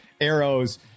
Arrows